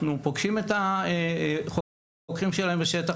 אנחנו פוגשים את החוקרים שלהם בשטח,